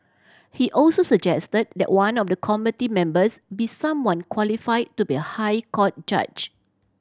he also suggested that one of the committee members be someone qualify to be a High Court judge